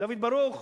דוד ברוך,